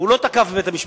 הוא לא תקף את בית-המשפט,